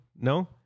No